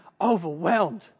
overwhelmed